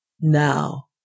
Now